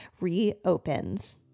reopens